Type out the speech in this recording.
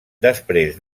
després